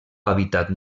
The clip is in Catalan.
hàbitat